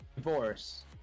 Divorce